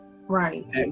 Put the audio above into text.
Right